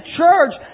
church